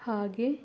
ಹಾಗೆ